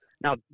Now